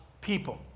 people